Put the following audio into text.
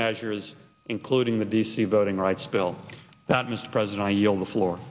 measures including the d c voting rights bill that mr president you're on the floor